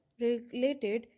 related